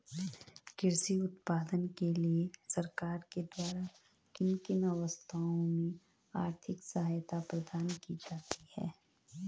कृषि उत्पादन के लिए सरकार के द्वारा किन किन अवस्थाओं में आर्थिक सहायता प्रदान की जाती है?